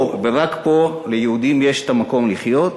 פה ורק פה ליהודים יש המקום לחיות.